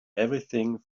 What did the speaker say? everything